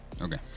Okay